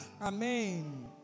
Amen